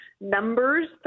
Numbers